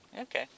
Okay